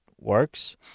works